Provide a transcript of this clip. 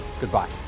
Goodbye